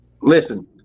Listen